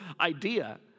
idea